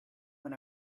when